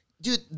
Dude